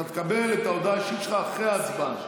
אתה תקבל את ההודעה האישית שלך אחרי ההצבעה,